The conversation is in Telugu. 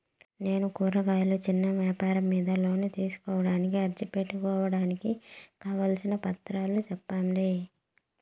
నేను కూరగాయలు చిన్న వ్యాపారం మీద లోను తీసుకోడానికి అర్జీ పెట్టుకోవడానికి కావాల్సిన పత్రాలు సెప్పండి?